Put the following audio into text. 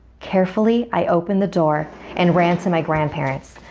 carefully i opened the door and ran to my grandparents.